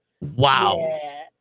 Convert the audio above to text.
Wow